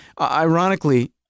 Ironically